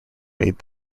made